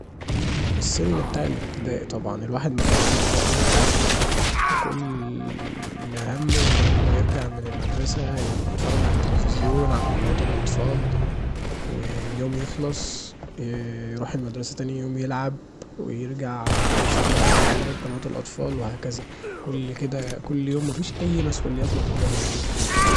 السن بتاع الابتدائي طبعا، الواحد مكانش في دماغه اي حاجه وكل همه انه يرجع من المدرسه يتفرج علي التلفزيون علي قنوات الأطفال واليوم يخلص يروح المدرسه تاني يوم يلعب، ويرجع مفيش في دماغه اي حاجه غير قنوات الأطفال وهكذا، كل كدا كل يوم مفيش اي مسؤليات مطلوبه منه